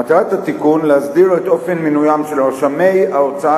מטרת התיקון להסדיר את אופן מינוים של רשמי ההוצאה